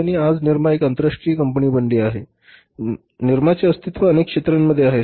आणि आज निरमा एक आंतरराष्ट्रीय कंपनी बनली आहे आणि निरमा चे अस्तित्व अनेक क्षेत्रांमध्ये आहे